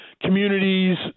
communities